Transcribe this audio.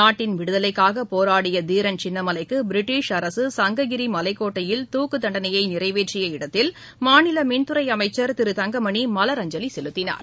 நாட்டின் விடுதலைக்காகபோராடியதீரன் சின்னமலைக்குபிரிட்டிஷ் அரசு சங்ககிரிமலைக்கோட்டயில் தண்டனையைநிறைவேற்றிய இடத்தில் மாநிலமின்துறைஅமைச்சர் துக்குத் திரு தங்கமணிமலரஞ்சலிசெலுத்தினார்